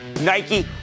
Nike